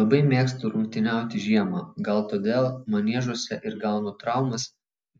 labai mėgstu rungtyniauti žiemą gal todėl maniežuose ir gaunu traumas